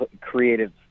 creative